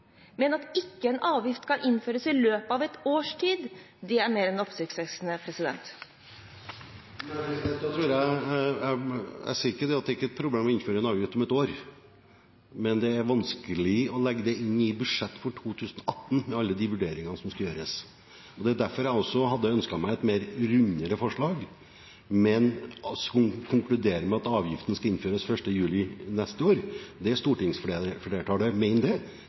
Men at ikke en avgift kan innføres i løpet av et års tid, er mer enn oppsiktsvekkende. Jeg sier ikke at det er et problem å innføre en avgift om ett år, men det er vanskelig å legge det inn i budsjettet for 2018, med alle de vurderingene som skal gjøres. Det er derfor jeg også hadde ønsket meg et rundere forslag, men som konkluderer med at avgiften skal innføres 1. juli neste år, for det at stortingsflertallet mener det,